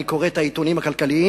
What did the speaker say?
אני קורא את העיתונים הכלכליים,